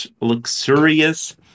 luxurious